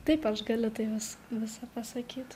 taip aš galiu tai vis visa pasakyt